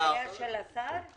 הבעיה של השר?